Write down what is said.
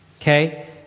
Okay